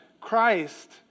Christ